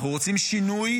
אנחנו רוצים שינוי,